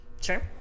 Sure